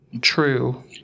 True